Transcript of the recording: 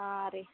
ಹಾಂ ರೀ